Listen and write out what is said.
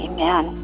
Amen